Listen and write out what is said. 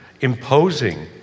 imposing